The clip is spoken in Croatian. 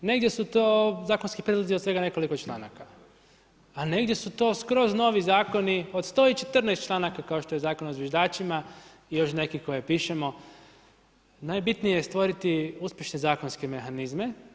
Negdje su to zakonski prijedlozi od svega nekoliko članaka, a negdje su to skroz novi zakoni od 114 članaka, kao što je zakon o zviždačima i još neki koje pišemo, najbitnije je stvoriti uspješne zakonske mehanizme.